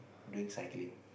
doing cycling